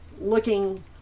Looking